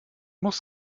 muss